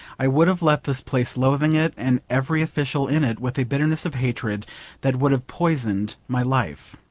i would have left this place loathing it and every official in it with a bitterness of hatred that would have poisoned my life.